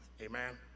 Amen